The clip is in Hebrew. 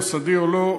מוסדי או לא,